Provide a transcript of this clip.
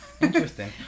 interesting